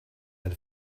had